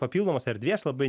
papildomos erdvės labai